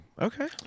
Okay